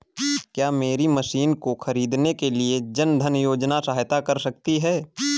क्या मेरी मशीन को ख़रीदने के लिए जन धन योजना सहायता कर सकती है?